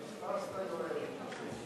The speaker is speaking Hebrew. ההצבעה הסתיימה.